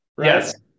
Yes